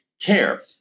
care